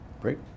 Great